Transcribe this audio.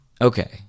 Okay